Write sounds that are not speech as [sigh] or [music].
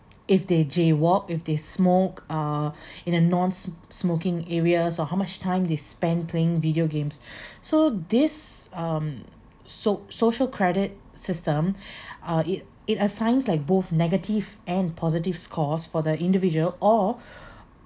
if they jaywalk if they smoke uh in a non-s~ smoking areas or how much time they spent playing video games so this um so~ social credit system [breath] uh it it assigns like both negative and positive scores for the individual or